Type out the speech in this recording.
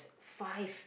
five